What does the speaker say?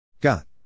Got